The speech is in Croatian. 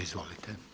Izvolite.